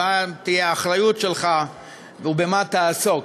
מה תהיה האחריות שלך ובמה תעסוק.